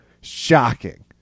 Shocking